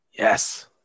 Yes